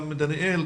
גם דניאל,